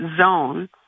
zone